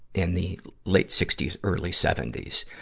in the later sixty s, early seventy s,